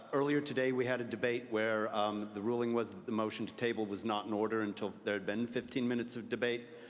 earlier today we had a debate where um the ruling was that the motion to table was not in order until there had been fifteen minutes of debate.